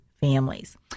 families